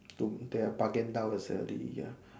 to bargain down the salary ya